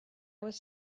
was